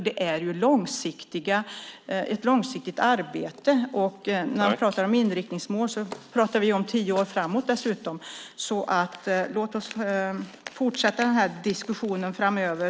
Det är ju ett långsiktigt arbete. När vi pratar om inriktningsmål pratar vi om tio år framåt dessutom. Låt oss fortsätta den här diskussionen framöver.